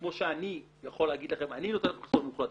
כמו שאני יכול להגיד לכן שאני נותן לכן חיסיון מוחלט.